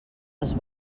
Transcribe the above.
els